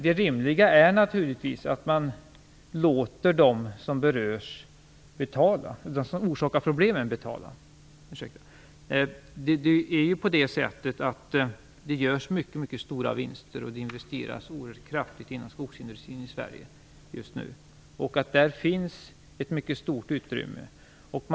Det rimliga är naturligtvis att man låter dem som orsakar problemen betala. Det görs mycket stora vinster och kraftiga investeringar inom skogsindustrin i Sverige just nu. Där finns alltså ett mycket stort utrymme för detta.